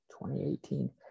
2018